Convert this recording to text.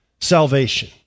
salvation